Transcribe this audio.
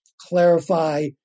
clarify